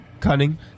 Cunning